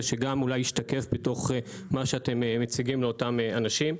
שאולי ישתקף במה שאתם מציגים לאותם אנשים.